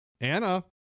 Anna